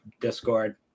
Discord